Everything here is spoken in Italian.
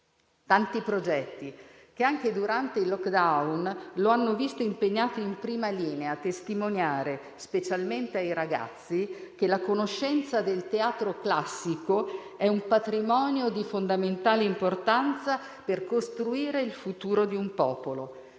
Tanti progetti che anche durante il *lockdown* lo hanno visto impegnato in prima linea a testimoniare, specialmente ai ragazzi, che la conoscenza del teatro classico è un patrimonio di fondamentale importanza per costruire il futuro di un popolo.